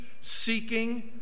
seeking